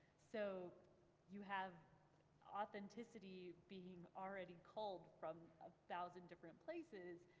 so you have authenticity being already culled from a thousand different places,